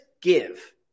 give